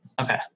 Okay